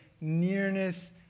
nearness